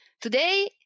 Today